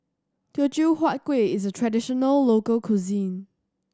Teochew Huat Kueh is a traditional local cuisine